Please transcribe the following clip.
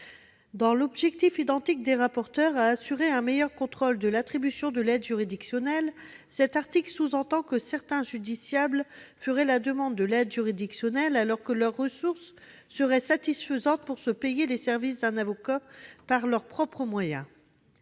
par les rapporteurs de vouloir assurer un meilleur contrôle de l'attribution de l'aide juridictionnelle, cet article sous-entend que certains justiciables feraient la demande de l'aide juridictionnelle alors que leurs ressources seraient suffisantes pour se payer les services d'un avocat par leurs propres moyens.